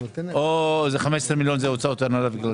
או 15 מיליון זה הוצאות הנהלה וכלליות.